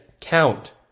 count